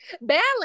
balance